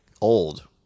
old